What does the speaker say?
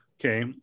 okay